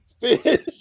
fish